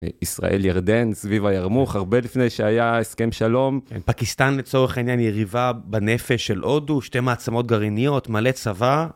ישראל, ירדן, סביב הירמוך, הרבה לפני שהיה הסכם שלום. פקיסטן לצורך העניין יריבה בנפש של הודו, שתי מעצמות גרעיניות, מלא צבא.